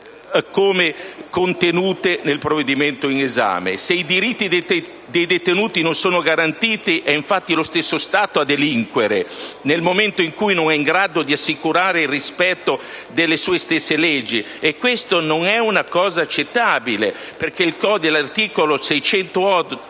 contenute nel provvedimento in esame. Se i diritti dei detenuti non sono garantiti è infatti lo stesso Stato a delinquere nel momento in cui non è in grado di assicurare il rispetto delle sue stesse leggi. Questo non è accettabile. L'articolo 608